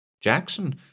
Jackson